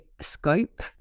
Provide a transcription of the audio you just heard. scope